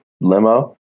limo